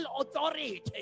authority